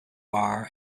bar